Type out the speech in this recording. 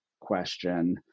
question